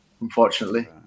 unfortunately